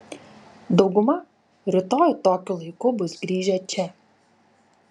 dauguma rytoj tokiu laiku bus grįžę čia